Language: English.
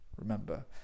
remember